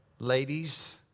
Ladies